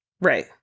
Right